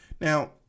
Now